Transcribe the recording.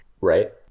right